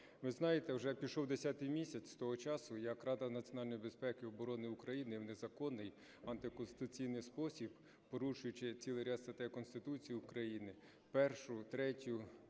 Ви знаєте, вже пішов десятий місяць з того часу, як Рада національної безпеки і оборони України в незаконний, антиконституційний спосіб, порушуючи цілий ряд статей Конституції України (1, 3,